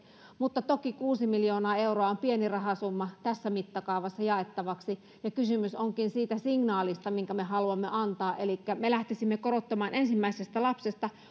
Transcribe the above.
mutta toki kuusi miljoonaa euroa on pieni rahasumma tässä mittakaavassa jaettavaksi ja kysymys onkin siitä signaalista minkä me haluamme antaa elikkä me lähtisimme korottamaan sitä ensimmäisestä lapsesta ja